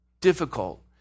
difficult